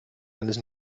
eines